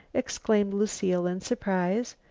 exclaimed lucile in surprise.